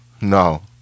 No